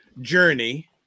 Journey